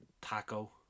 taco